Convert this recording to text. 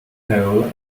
pole